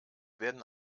werden